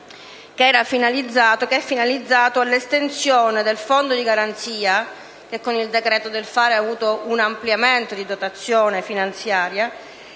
finalizzato all'estensione del Fondo di garanzia - che con il «decreto del fare» ha avuto un ampliamento di dotazione finanziaria